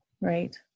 right